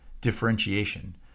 differentiation